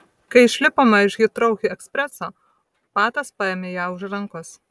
kai išlipome iš hitrou ekspreso patas paėmė ją už rankos